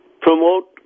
promote